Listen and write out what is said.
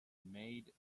made